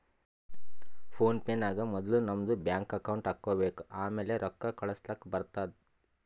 phone pay ನಾಗ್ ಮೊದುಲ್ ನಮ್ದು ಬ್ಯಾಂಕ್ ಅಕೌಂಟ್ ಹಾಕೊಬೇಕ್ ಆಮ್ಯಾಲ ರೊಕ್ಕಾ ಕಳುಸ್ಲಾಕ್ ಬರ್ತುದ್